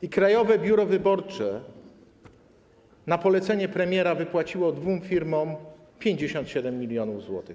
I Krajowe Biuro Wyborcze na polecenie premiera wypłaciło dwóm firmom prawie 57 mln zł.